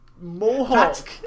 mohawk